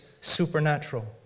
supernatural